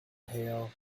hail